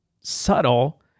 subtle